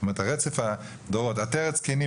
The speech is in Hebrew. זאת אומרת רצף הדורות: "עֲטֶ֣רֶת זְ֭קֵנִים